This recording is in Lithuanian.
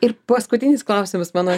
ir paskutinis klausimas mano